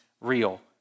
real